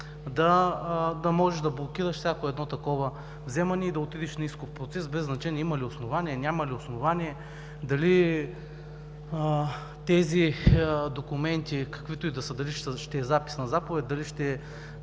да можеш да блокираш всяко едно такова вземане и да отидеш на исков процес без значение има ли основание, няма ли основание, дали тези документи, каквито и да са – дали ще е запис на заповед, дали ще е